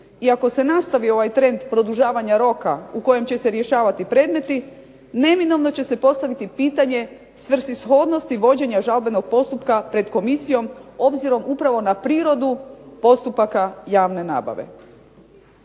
ako se nastavi ovaj trend produžavanja roka u kojem će se rješavati predmeti neminovno će se postaviti pitanje svrsishodnosti vođenja žalbenog postupka pred komisijom obzirom upravo na prirodu postupaka javne nabave.